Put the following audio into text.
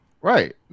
right